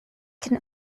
can